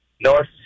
north